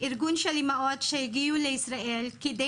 ארגון של אימהות שהגיעו לישראל כדי